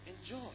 enjoy